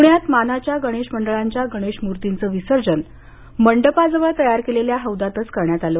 प्ण्यात मानाच्या गणेश मंडळाच्या गणेश मूर्तींचं विसर्जन मंडपाजवळ तयार केलेल्या हौदातच करण्यात आलं